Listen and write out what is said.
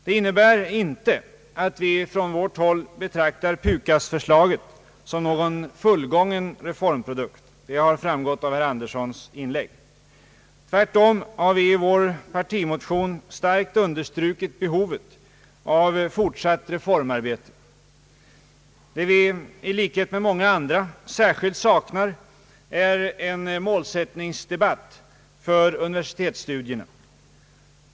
Det innebär inte att vi på vårt håll betraktar PU KAS-förslaget som någon fullgången reformprodukt — det har framgått av herr Anderssons inlägg. Tvärtom har vi i vår partimotion starkt understrukit behovet av fortsatt reformarbete. Vad vi i likhet med många andra särskilt saknar är en debatt om målsättningen för universitetsstudierna.